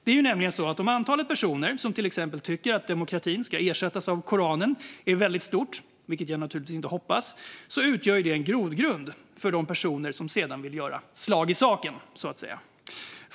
Det är nämligen så att om antalet personer som till exempel tycker att demokratin ska ersättas av Koranen är väldigt stort, vilket jag naturligtvis inte hoppas, utgör det en grogrund för de personer som sedan vill göra slag i saken, så att säga.